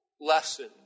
lesson